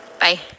bye